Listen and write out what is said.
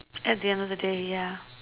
at the end of the day yeah